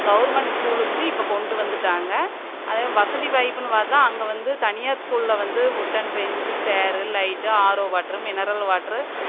government ஸ்கூலுக்குமே இப்போது கொண்டு வந்துவிட்டாங்க அதே வசதி வாய்ப்புனு பார்த்தா அங்கே வந்து தனியார் ஸ்கூலில் வந்து wooden bench chair light RO water mineral water